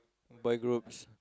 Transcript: by groups